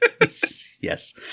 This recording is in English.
yes